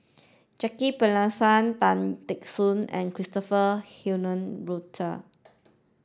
Jacki Passmore Tan Teck Soon and Christopher Henry Rothwell